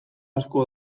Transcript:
asko